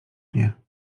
nie